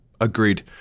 agreed